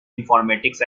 informatics